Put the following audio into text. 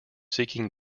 seeking